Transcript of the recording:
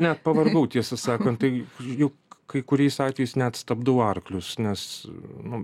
net pavargau tiesą sakant tai juk kai kuriais atvejais net stabdau arklius nes nu